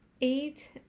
eight